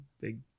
big